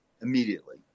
immediately